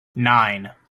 nine